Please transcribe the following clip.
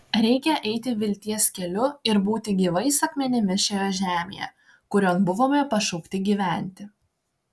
reikia eiti vilties keliu ir būti gyvais akmenimis šioje žemėje kurion buvome pašaukti gyventi